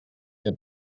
que